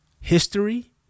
history